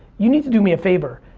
you need to do me a favor,